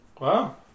Wow